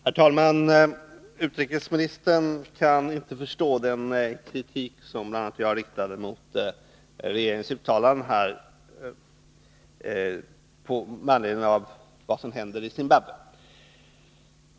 Herr talman! Utrikesministern kan inte förstå den kritik som bl.a. jag här riktat mot regeringens uttalande med anledning av vad som händer i Zimbabwe.